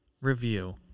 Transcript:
review